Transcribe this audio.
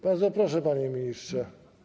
Bardzo proszę, panie ministrze.